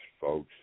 folks